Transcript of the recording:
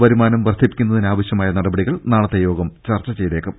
വരുമാനം വർധിപ്പിക്കുന്നതിനാവശ്യമായ നടപടികൾ നാളത്തെ യോഗം ചർച്ച ചെയ്തേക്കും